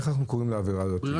איך אנחנו קוראים לעבירה הזאת?